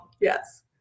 Yes